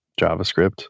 javascript